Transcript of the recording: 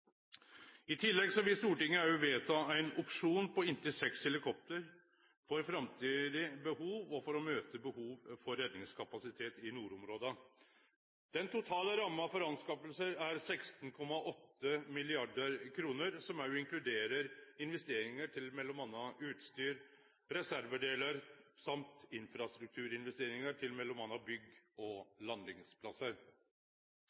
I tillegg vil Stortinget òg vedta ein opsjon på inntil seks helikopter for framtidig behov og for å møte behov for redningskapasitet i nordområda. Den totale ramma for anskaffinga er på 16,8 mrd. kr, som òg inkluderer investeringar til m.a. utstyr og reservedelar og infrastrukturinvesteringar til m.a. bygg